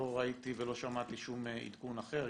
לא ראיתי ולא שמעתי שום עדכון אחר,